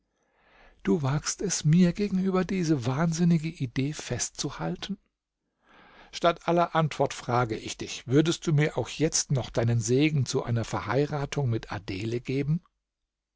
du wagst es mir gegenüber diese wahnsinnige idee festzuhalten statt aller antwort frage ich dich würdest du mir auch jetzt noch deinen segen zu einer verheiratung mit adele geben